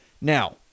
Now